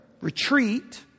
retreat